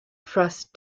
frost